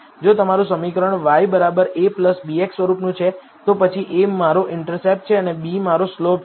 જો તમારું સમીકરણ y a bx સ્વરૂપનું છે તો પછી a મારો ઇન્ટરસેપ્ટ છે અને b મારો સ્લોપ છે